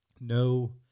no